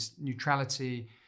neutrality